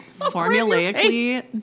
formulaically